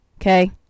Okay